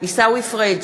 עיסאווי פריג'